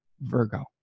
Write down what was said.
Virgo